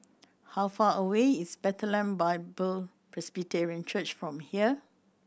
how far away is Bethlehem Bible Presbyterian Church from here